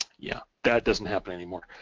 yeah. that doesn't happen anymore,